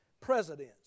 presidents